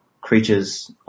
creatures